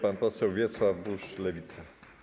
Pan poseł Wiesław Buż, Lewica.